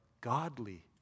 godly